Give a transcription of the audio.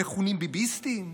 המכונים ביביסטים,